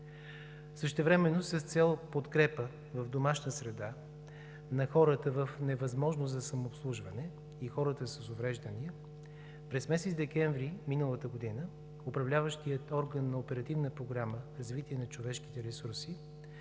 Същевременно, с цел подкрепа в домашна среда на хората в невъзможност за самообслужване и хората с увреждания, през месец декември миналата година управляващият орган на Оперативна програма „Развитие на човешките ресурси“